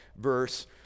verse